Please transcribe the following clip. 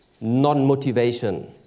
non-motivation